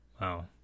Wow